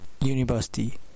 university